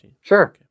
Sure